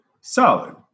Solid